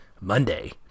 Monday